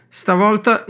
stavolta